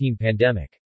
pandemic